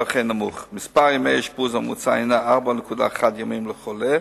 מספר ימי האשפוז הממוצע הוא 4.1 ימים לחולה,